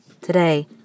Today